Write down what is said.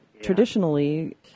traditionally